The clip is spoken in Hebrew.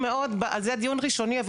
זה דיון ראשוני,